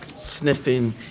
sniffing,